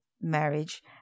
marriage